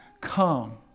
come